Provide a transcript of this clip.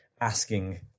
asking